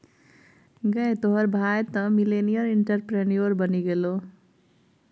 गै तोहर भाय तँ मिलेनियल एंटरप्रेन्योर बनि गेलौ